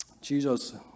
Jesus